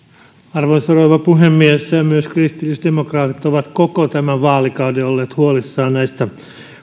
arvoisa rouva puhemies myös kristillisdemokraatit ovat koko tämän vaalikauden olleet huolissaan